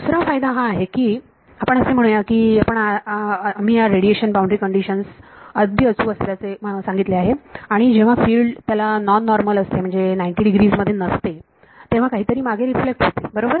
दुसरा फायदा हा आहे की आपण असे म्हणू या की आपण आम्ही या रेडिएशन बाउंड्री कंडिशन्स अगदी अचूक असल्याचे सांगितले आहे आणि जेव्हा फिल्ड त्याला नॉन नॉर्मल असते म्हणजे 900 मध्ये नसते तेव्हा काहीतरी मागे रिफ्लेक्ट होते बरोबर